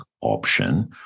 option